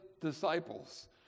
disciples